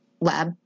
lab